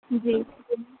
جی